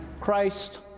Christ